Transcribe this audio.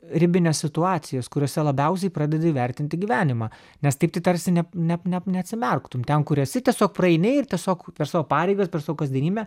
ribines situacijas kuriose labiausiai pradedi vertinti gyvenimą nes taip tai tarsi ne ne net neatsimerktum ten kur esi tiesiog praeini ir tiesiog per savo pareigas per savo kasdienybę